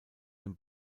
den